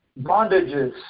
bondages